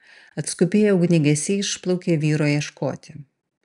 atskubėję ugniagesiai išplaukė vyro ieškoti